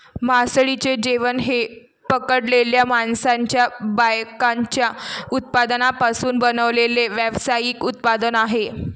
मासळीचे जेवण हे पकडलेल्या माशांच्या बायकॅचच्या उत्पादनांपासून बनवलेले व्यावसायिक उत्पादन आहे